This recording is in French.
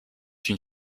une